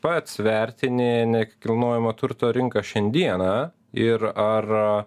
pats vertini nekilnojamo turto rinką šiandieną ir ar